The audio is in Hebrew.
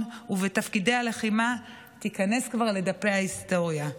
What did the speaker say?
ובתפקידי הלחימה תיכנס כבר לדפי ההיסטוריה.